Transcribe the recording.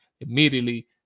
immediately